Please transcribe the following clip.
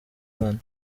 bana